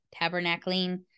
tabernacling